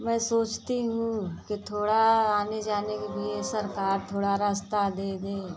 मैं सोचती हूँ कि थोड़ा आने जाने के लिए सरकार थोड़ा रास्ता दे दे